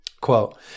Quote